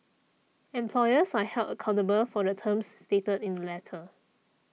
employers are held accountable for the terms stated in the letter